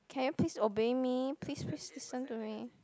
can you please obey me please please please listen to me